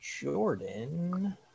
Jordan